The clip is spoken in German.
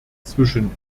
zwischen